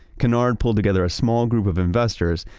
kennard pulled together a small group of investors,